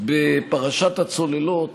בפרשת הצוללות